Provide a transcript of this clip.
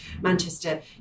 Manchester